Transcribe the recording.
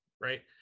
right